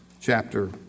chapter